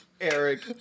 Eric